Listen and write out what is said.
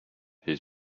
his